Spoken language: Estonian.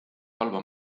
halba